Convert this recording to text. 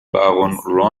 baron